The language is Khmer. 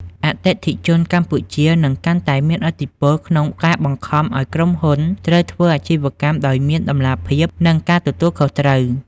អតិថិជនកម្ពុជានឹងកាន់តែមានឥទ្ធិពល ក្នុងការបង្ខំឱ្យក្រុមហ៊ុនត្រូវធ្វើអាជីវកម្មដោយមាន តម្លាភាព និងការទទួលខុសត្រូវ។